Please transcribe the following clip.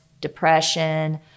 depression